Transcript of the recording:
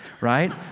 right